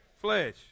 flesh